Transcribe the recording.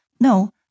No